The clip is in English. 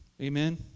Amen